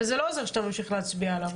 וזה לא עוזר שאתה ממשיך להצביע עליו.